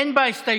אין לה הסתייגויות